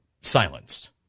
silenced